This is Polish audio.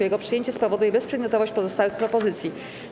Jego przyjęcie spowoduje bezprzedmiotowość pozostałych propozycji.